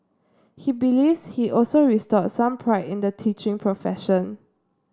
he believes he also restored some pride in the teaching profession